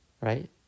right